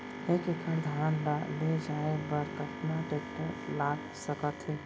एक एकड़ धान ल ले जाये बर कतना टेकटर लाग सकत हे?